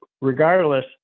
regardless